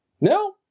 No